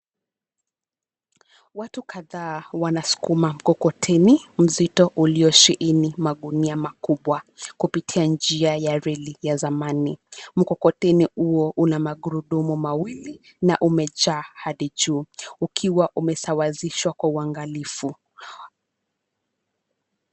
Watu kadhaa wanasukuma mkokoteni mzito ulio shiini magunia makubwa kupitia njia ya reli ya zamani. Mkokoteni huo una magurudumu mawili na umejaa hadi juu ukiwa umesawazishwa kwa uangalifu.